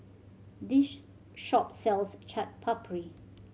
this shop sells Chaat Papri